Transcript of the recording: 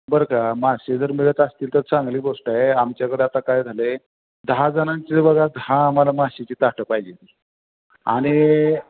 बरं का मासे जर मिळत असतील तर चांगली गोष्ट आहे आमच्याकडे आता काय झालं आहे दहा जणांचे बघा दहा आम्हाला माशाची ताटं पाहिजे आणि